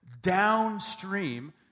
Downstream